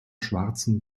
schwarzen